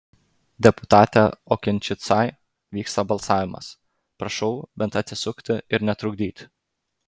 deputate okinčicai vyksta balsavimas prašau bent atsisukti ir netrukdyti